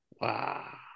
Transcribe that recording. Wow